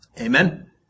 Amen